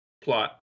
plot